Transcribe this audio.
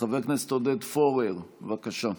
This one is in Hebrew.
חבר הכנסת עודד פורר, בבקשה.